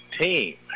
team